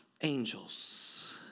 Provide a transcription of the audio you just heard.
angels